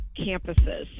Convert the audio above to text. campuses